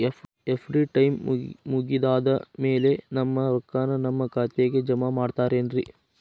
FD time ಮುಗಿದಾದ್ ಮ್ಯಾಲೆ ನಮ್ ರೊಕ್ಕಾನ ನಮ್ ಖಾತೆಗೆ ಜಮಾ ಮಾಡ್ತೇರೆನ್ರಿ?